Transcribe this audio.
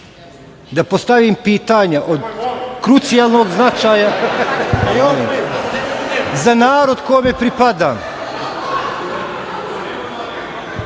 da postavim pitanje od krucijalnog značaja za narod kome pripadam